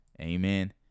Amen